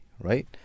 right